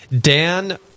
Dan